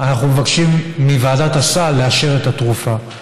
אנחנו מבקשים מוועדת הסל לאשר את התרופה,